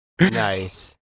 Nice